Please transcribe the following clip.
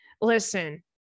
Listen